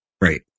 Right